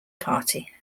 party